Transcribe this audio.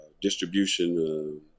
distribution